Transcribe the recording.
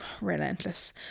relentless